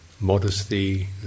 Modesty